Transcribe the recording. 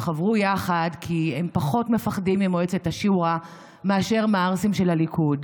חברו יחד כי הם פחות מפחדים ממועצת השורא מאשר מהערסים של הליכוד.